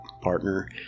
partner